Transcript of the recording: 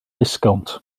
disgownt